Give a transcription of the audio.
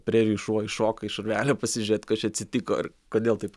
prerijų šuo iššoka iš urvelio pasižiūrėt kas čia atsitiko ir kodėl taip